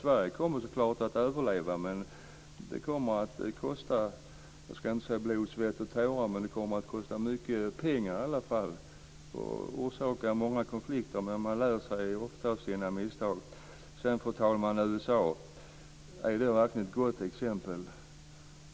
Sverige kommer självklart att överleva, men det kommer att kosta, inte blod, svett och tårar, men mycket pengar och kommer att orsaka många konflikter. Men man lär sig ofta av sina misstag. Fru talman! Är USA verkligen ett gott exempel?